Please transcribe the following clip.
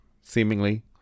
seemingly